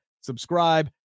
subscribe